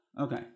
Okay